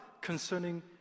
concerning